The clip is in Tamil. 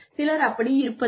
சிலர் அப்படி இருப்பதில்லை